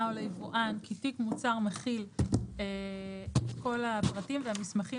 או ליבואן כי תיק מוצר מכיל את כל הפרטים והמסמכים